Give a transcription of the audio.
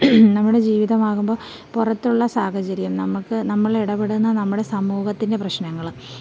നമ്മുടെ ജീവിതമാകുമ്പോള് പുറത്തുള്ള സാഹചര്യം നമ്മള്ക്ക് നമ്മളിടപെടുന്ന നമ്മടെ സമൂഹത്തിൻ്റെ പ്രശ്നങ്ങള്